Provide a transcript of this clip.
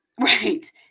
Right